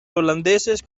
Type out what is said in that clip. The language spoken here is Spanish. holandeses